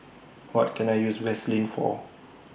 What Can I use Vaselin For